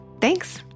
Thanks